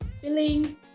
Feeling